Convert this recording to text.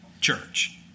church